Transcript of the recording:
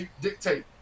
dictate